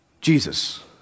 Jesus